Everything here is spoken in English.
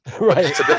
right